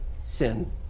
sin